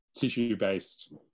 tissue-based